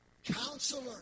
Counselor